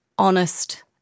Honest